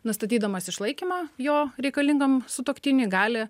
nustatydamas išlaikymą jo reikalingam sutuoktiniui gali